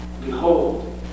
Behold